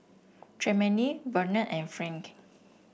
Tremayne Bernard and Frank